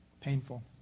Painful